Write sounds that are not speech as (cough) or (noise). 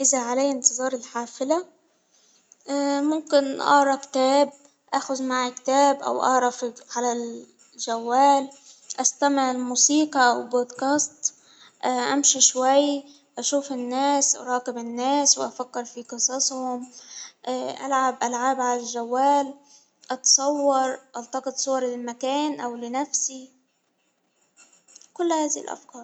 إذ ا علي إنتظار الحافلة (hesitation) ممكن أقرأ كتاب آخد معي كتاب أو أقرا فل- على الجوال أستمع الموسيقى أو بودكاست (hesitation) أمشي شوي أشوف الناس أراقب الناس وأفكر في قصصهم (hesitation) ألعب العاب على الجوال، أتصور التقط صوري للمكان أو لنفسي كل هذه الأفكار.